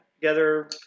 together